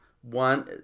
one